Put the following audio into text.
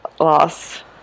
Loss